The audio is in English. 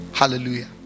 Hallelujah